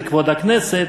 זה כבוד הכנסת.